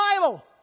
bible